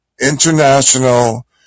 international